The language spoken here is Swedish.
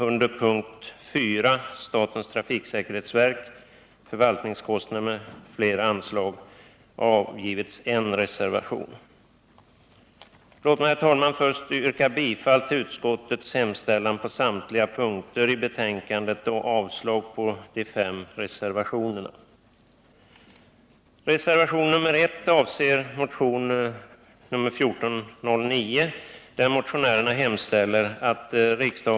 Under punkten 4, Statens trafiksäkerhetsverk: Förvaltningskostnader m.fl. anslag, har avgivits en reservation. Låt mig, herr talman, först yrka bifall till utskottets hemställan på samtliga punkter i betänkandet och avslag på de fem reservationerna.